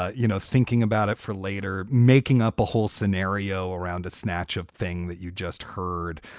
ah you know, thinking about it for later, making up a whole scenario around a snatch of thing that you just heard,